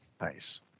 Nice